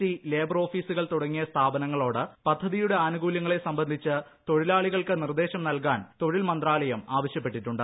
C labour ഓഫീസ്റുകൾ തുടങ്ങി സ്ഥാപനങ്ങളോട് പദ്ധതിയുടെ ആനുകൂല്യങ്ങളെ സ്ംബന്ധിച്ച് തൊഴിലാളികൾക്ക് നിർദ്ദേശം നൽകാൻ തൊഴിൽ മന്ത്രാലയം ആവശ്യപ്പെട്ടിട്ടുണ്ട്